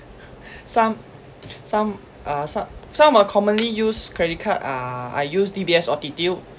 some some uh some some are commonly use credit card ah I use D_B_S altitude